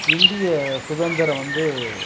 இந்திய சுதந்திரம் வந்து